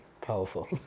Powerful